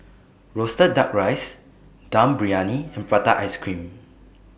Roasted Duck Rice Dum Briyani and Prata Ice Cream